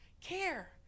care